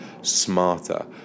smarter